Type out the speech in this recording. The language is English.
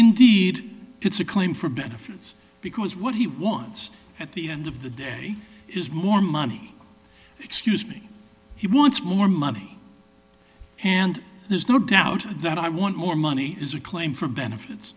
indeed it's a claim for benefits because what he wants at the end of the day is more money excuse me he wants more money and there's no doubt that i want more money is a claim for benefits